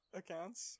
accounts